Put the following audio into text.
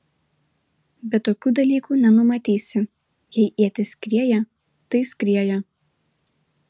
bet tokių dalykų nenumatysi jei ietis skrieja tai skrieja